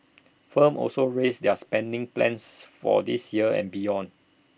firms also raised their spending plans for this year and beyond